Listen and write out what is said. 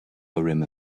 urim